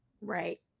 right